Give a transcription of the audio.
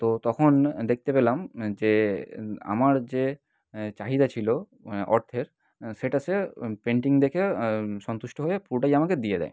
তো তখন দেখতে পেলাম যে আমার যে চাহিদা ছিলো অর্থের সেটা সে পেন্টিং দেখে সন্তুষ্ট হয়ে পুরোটাই আমাকে দিয়ে দেয়